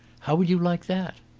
how would you like that?